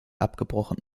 abgebrochen